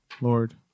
Lord